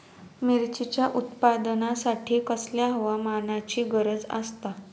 मिरचीच्या उत्पादनासाठी कसल्या हवामानाची गरज आसता?